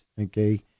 okay